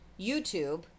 YouTube